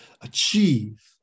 achieve